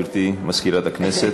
גברתי מזכירת הכנסת.